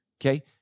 Okay